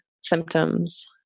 symptoms